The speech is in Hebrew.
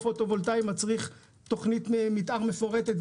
פוטו וולטאי מצריך תוכנית מתאר מפורטת,